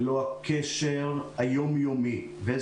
כי שם השיעורים מוקלטים או מועברים בטלפון.